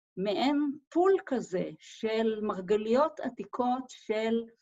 מעין פול כזה של מרגליות עתיקות של...